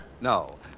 No